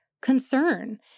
concern